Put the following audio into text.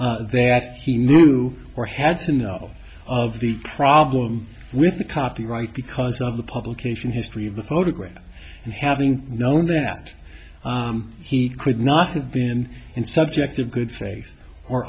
times that he knew or had to know of the problem with the copyright because of the publication history of the photograph and having known that he could not have been in subject of good fa